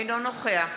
אינו נוכח